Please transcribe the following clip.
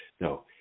No